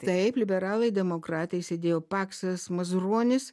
taip liberalai demokratai sėdėjo paksas mazuronis